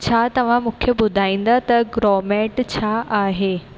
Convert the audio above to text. छा तव्हां मूंखे ॿुधाईंदा त ग्रोमेट छा आहे